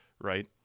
right